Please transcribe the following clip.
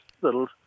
little